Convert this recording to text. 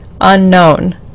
unknown